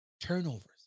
Turnovers